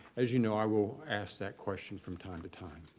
as you know, i will ask that question from time to time.